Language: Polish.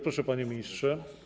Proszę, panie ministrze.